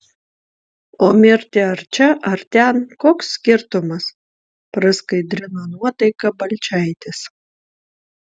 o mirti ar čia ar ten koks skirtumas praskaidrino nuotaiką balčaitis